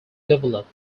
developed